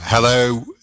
Hello